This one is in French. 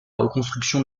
reconstruction